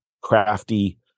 crafty